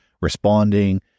responding